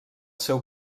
seu